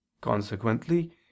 Consequently